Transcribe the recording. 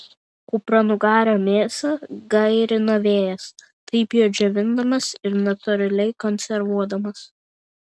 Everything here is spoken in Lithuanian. kupranugario mėsą gairino vėjas taip ją džiovindamas ir natūraliai konservuodamas